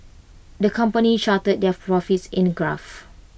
the company charted their profits in A graph